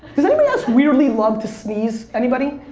does anybody else weirdly love to sneeze? anybody?